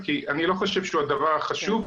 כי אני לא חושב שהוא הדבר הכי חשוב,